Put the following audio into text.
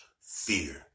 Fear